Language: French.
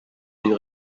une